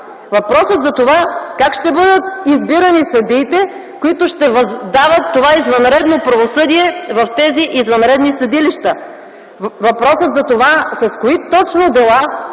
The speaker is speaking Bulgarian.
Въпросът за това: как ще бъдат избирани съдиите, които ще дават това извънредно правосъдие в тези извънредни съдилища? Въпросът за това: с кои точно дела